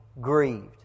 grieved